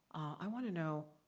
i wanna know,